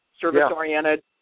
service-oriented